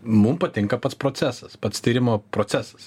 mum patinka pats procesas pats tyrimo procesas